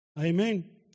Amen